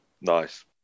Nice